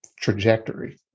trajectory